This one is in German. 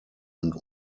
und